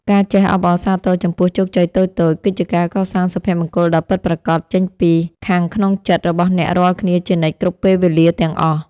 ការចេះអបអរសាទរចំពោះជោគជ័យតូចៗគឺជាការកសាងសុភមង្គលដ៏ពិតប្រាកដចេញពីខាងក្នុងចិត្តរបស់អ្នករាល់គ្នាជានិច្ចគ្រប់ពេលវេលាទាំងអស់។